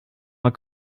war